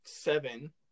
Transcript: seven